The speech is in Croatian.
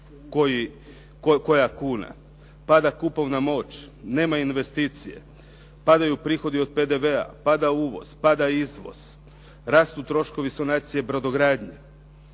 koja kuna. pada kupovna moć, nema investicije, padaju prihodi od PDV-a, pada uvoz, pada izvoz, rastu troškovi sanacije brodogradnje,